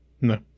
No